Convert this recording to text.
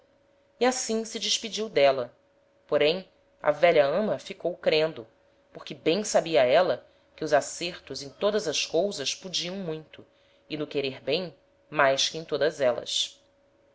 e assim se despediu d'éla porém a velha ama ficou crendo por que bem sabia éla que os acertos em todas as cousas podiam muito e no querer bem mais que em todas élas